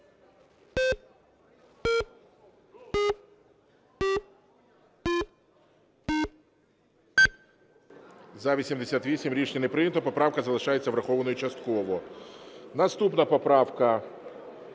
За-88 Рішення не прийнято. Поправка залишається врахованою частково. Наступна поправка